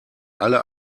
alle